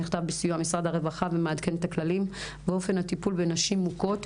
שנכתב בסיוע משרד הרווחה ומעדכן את הכללים ואופן הטיפול בנשים מוכות,